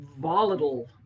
volatile